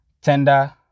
tender